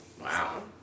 Wow